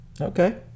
Okay